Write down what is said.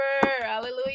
hallelujah